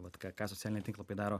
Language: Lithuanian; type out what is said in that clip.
vat ką ką socialiniai tinklapiai daro